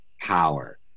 power